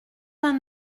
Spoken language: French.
vingt